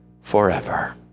forever